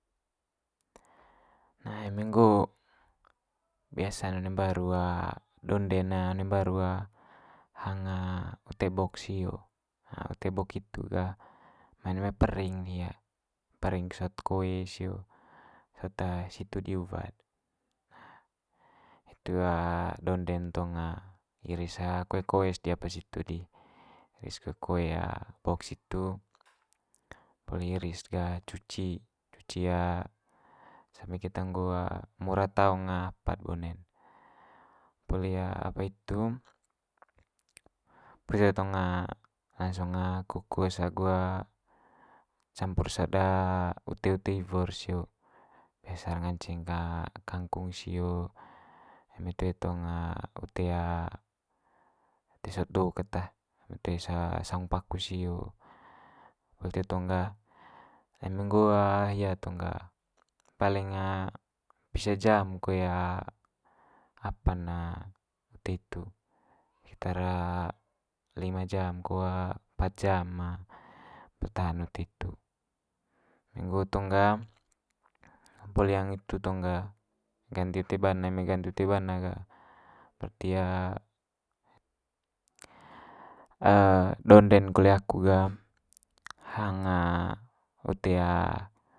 Nah eme nggo biasa'n one mbaru donde'n one mbaru hang ute bok sio. Hang ute bok situ ga mai one mai pering ne hia, pering sot koe sio hot situ di uwa'd. hitu donde'n tong iris koe koe's di apa situ di, iris koe koe bok situ, poli iris ga cuci, cuci sampe keta nggo mora taung apa'd bone'n. Poli apa itu tong lnagsung kukus agu campur so'd ute ute iwo'r sio. Biasa'r nganceng kangkung sio, eme toe tong ute ute sot do kat tah. Eme toe sa- saung paku sio, poli itu tong ga eme nggo hia tong ga paling pisa jam koe apa'n na ute hitu hitu tara lima jam ko pat jam bertahan ute hitu. Eme nggo tong ga poli hang itu tong ga ganti ute bana, eme ganti ute bana ga berarti donde'n kole aku ga hang ute.